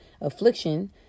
affliction